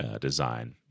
design